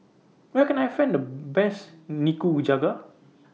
Where Can I Find The Best Nikujaga